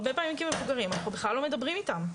הרבה פעמים כמבוגרים אנחנו בכלל לא מדברים איתם,